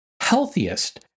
healthiest